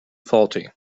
faulty